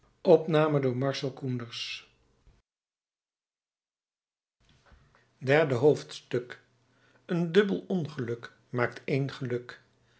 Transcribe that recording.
derde hoofdstuk een dubbel ongeluk maakt één geluk